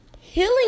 Healing